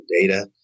data